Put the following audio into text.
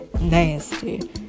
nasty